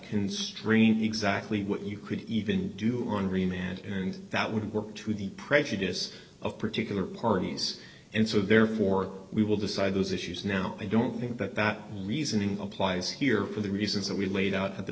constrain exactly what you could even do on dream and that would work to the prejudice of particular parties and so therefore we will decide those issues now i don't think that that reasoning applies here for the reasons that we laid out at the